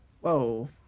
Whoa